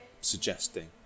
suggesting